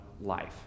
life